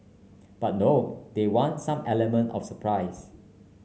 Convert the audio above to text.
but no they want some element of surprise